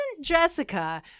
Jessica